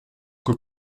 que